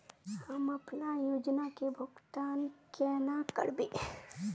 हम अपना योजना के भुगतान केना करबे?